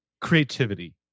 creativity